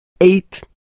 eight